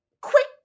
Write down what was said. quick